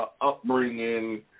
upbringing